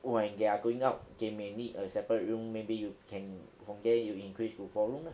when they are growing up they may need a separate room maybe you can from there you increase to four room lah